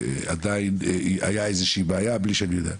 שעדיין היה איזושהי בעיה בלי שאני יודע.